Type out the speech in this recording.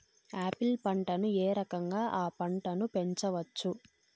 Apple పంటను ఏ రకంగా అ పంట ను పెంచవచ్చు?